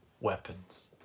weapons